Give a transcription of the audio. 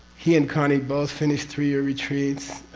he and connie, both finished three-year retreats.